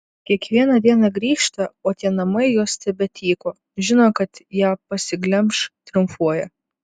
kiekvieną dieną grįžta o tie namai jos tebetyko žino kad ją pasiglemš triumfuoja